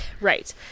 Right